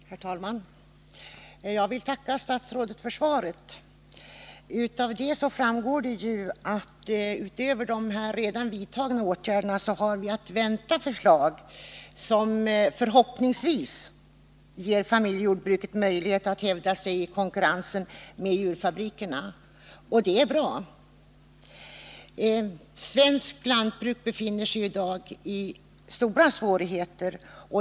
Herr talman! Jag vill tacka statsrådet för svaret. Av det framgår att vi utöver de redan vidtagna åtgärderna har att vänta förslag som förhoppningsvis ger familjejordbruket möjlighet att hävda sig i konkurrensen med djurfabrikerna — och det är bra. Svenskt lantbruk befinner sig i dag i stora svårigheter.